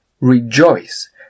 Rejoice